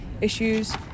issues